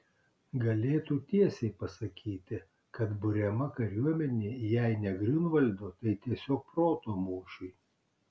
galėtų tiesiai pasakyti kad buriama kariuomenė jei ne griunvaldo tai tiesiog proto mūšiui